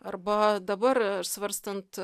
arba dabar svarstant